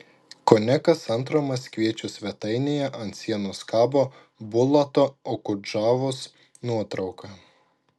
kone kas antro maskviečio svetainėje ant sienos kabo bulato okudžavos nuotrauka